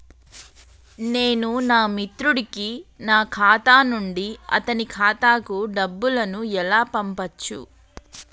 నేను నా మిత్రుడి కి నా ఖాతా నుండి అతని ఖాతా కు డబ్బు ను ఎలా పంపచ్చు?